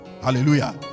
Hallelujah